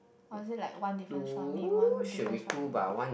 or is it like one difference from me one difference from you